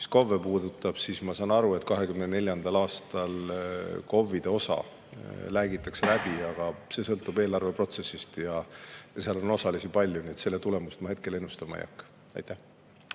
Mis KOV-e puudutab, siis ma saan aru, et 2024. aastal KOV-ide osa räägitakse läbi. Aga see sõltub eelarveprotsessist ja seal on osalisi palju. Nii et selle tulemust ma hetkel ennustama ei hakka. Jah,